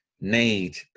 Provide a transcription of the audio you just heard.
need